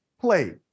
play